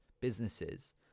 businesses